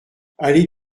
allée